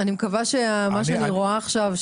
אני מקווה שמה שאני רואה עכשיו,